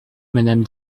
madame